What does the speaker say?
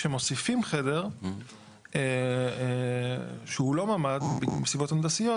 שכמוסיפים חדר שהוא לא ממ"ד מסיבות הנדסיות,